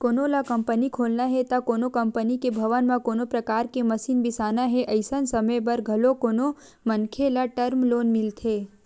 कोनो ल कंपनी खोलना हे ते कोनो कंपनी के भवन म कोनो परकार के मसीन बिसाना हे अइसन समे बर घलो कोनो मनखे ल टर्म लोन मिलथे